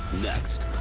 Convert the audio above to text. next,